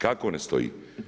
Kako ne stoji?